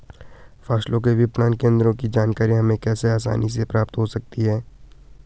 फसलों के विपणन केंद्रों की जानकारी हमें कैसे आसानी से प्राप्त हो सकती?